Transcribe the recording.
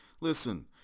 Listen